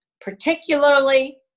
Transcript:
particularly